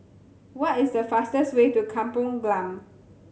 what is the fastest way to Kampung Glam